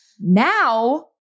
Now